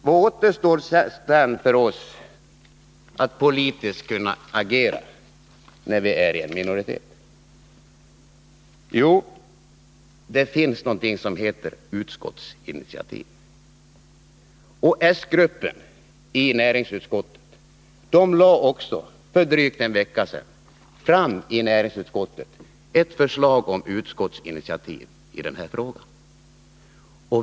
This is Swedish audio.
Vad återstår sedan för oss att göra genom ett politiskt agerande när vi är i minoritet? Jo, det finns någonting som heter utskottsinitiativ. Den socialdemokratiska gruppen i näringsutskottet lade för drygt en vecka sedan i näringsutskottet fram ett förslag om utskottsinitiativ i den här frågan.